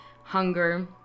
Hunger